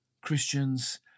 Christians